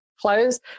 close